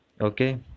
okay